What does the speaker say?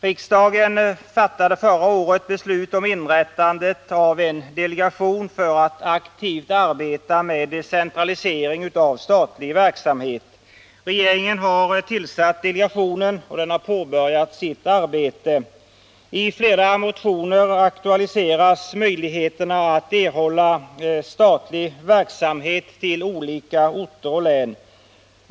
Riksdagen fattade förra året beslut om inrättande av en delegation för att aktivt arbeta med decentralisering av statlig verksamhet. Regeringen har tillsatt delegationen, och denna har påbörjat sitt arbete. I flera motioner aktualiseras möjligheterna att erhålla statlig verksamhet till olika orter och län.